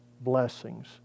blessings